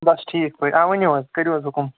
بَس ٹھیٖک پٲٹھۍ آ ؤنِو حظ کٔرِو حظ حُکُم